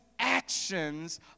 actions